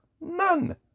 None